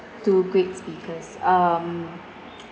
two great speakers um